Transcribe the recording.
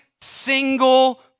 single